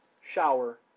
shower